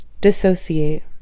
Dissociate